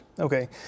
Okay